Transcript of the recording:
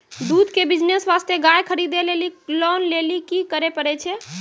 दूध के बिज़नेस वास्ते गाय खरीदे लेली लोन लेली की करे पड़ै छै?